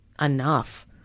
enough